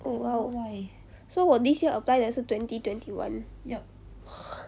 oh !wow! so 我 this year apply 的是 twenty twenty one